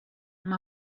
amb